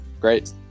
Great